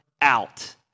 out